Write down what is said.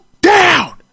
down